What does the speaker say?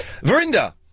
Verinda